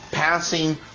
passing